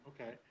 Okay